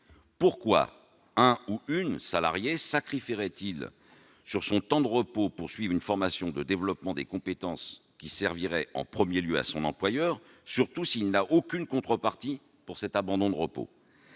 pourquoi un salarié sacrifierait-il son temps de repos pour suivre une formation de développement des compétences qui servirait en premier lieu à son employeur, surtout s'il n'a aucune contrepartie pour cet abandon de repos ?